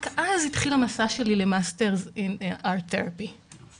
ורק אז התחיל המסע שלי למאסטר תרפיה באומנות.